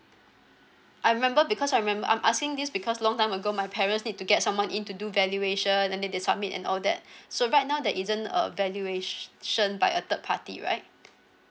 I remember because I remember I'm asking this because long time ago my parents need to get someone in to do valuation and then they they submit and all that so right now there isn't a valuation by a third party right